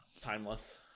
timeless